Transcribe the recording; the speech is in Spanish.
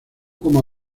como